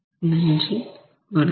நன்றி வணக்கம்